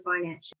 financial